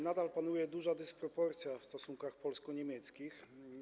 Nadal panuje duża dysproporcja w stosunkach polsko-niemieckich.